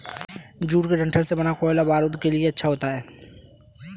jute के डंठल से बना कोयला बारूद के लिए अच्छा होता है